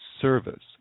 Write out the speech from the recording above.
service